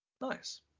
Nice